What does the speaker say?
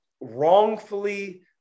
wrongfully